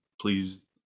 Please